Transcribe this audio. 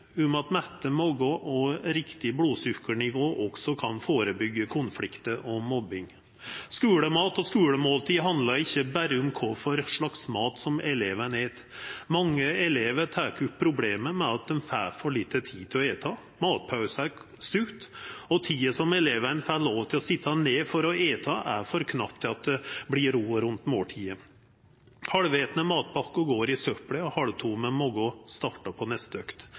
at mette magar og riktig blodsukkernivå også kan førebyggja konfliktar og mobbing. Skulemat og skulemåltid handlar ikkje berre om kva slags mat elevane et. Mange elevar tek opp problemet med at dei får lite tid til å eta. Matpausa er kort, og tida som elevane får lov til å sitja ned for å eta, er for knapp til at det vert ro rundt måltidet. Halvetne matpakker går i søpla, og halvtomme magar startar på neste økt – inga god ramme rundt måltidet og inga oppskrift på